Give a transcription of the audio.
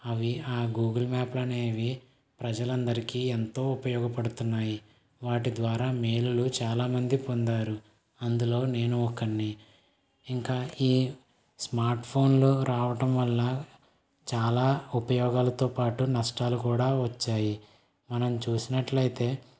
అవి ఆ గూగుల్ మ్యాప్లనేవి ప్రజలందరికీ ఎంతో ఉపయోగపడుతున్నాయి వాటి ద్వారా మేలులు చాలామంది పొందారు అందులో నేను ఒకడిని ఇంకా ఈ స్మార్ట్ఫోన్లు రావటం వల్ల చాలా ఉపయోగాలతో పాటు నష్టాలు కూడా వచ్చాయి మనం చూసినట్లయితే